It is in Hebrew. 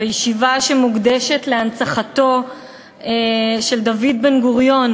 בישיבה שמוקדשת להנצחת זכרו של דוד בן-גוריון